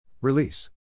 Release